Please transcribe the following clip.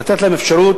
ולתת להם אפשרות,